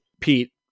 Pete